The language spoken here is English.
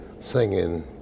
singing